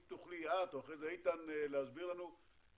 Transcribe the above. אם תוכלי את או איתן להסביר לנו איפה